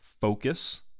focus